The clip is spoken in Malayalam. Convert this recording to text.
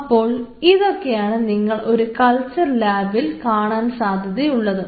അപ്പോൾ ഇതൊക്കെയാണ് നിങ്ങൾ ഒരു കൾച്ചർ ലാബിൽ കാണാൻ സാധ്യതയുള്ളത്